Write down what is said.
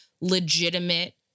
legitimate